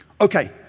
Okay